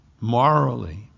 Morally